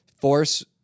force